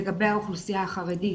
לגבי האוכלוסייה החרדית,